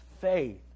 faith